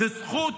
זאת זכות